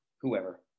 whoever